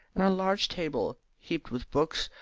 and a large table heaped with books,